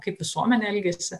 kaip visuomenė elgiasi